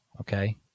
Okay